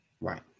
right